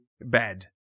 bad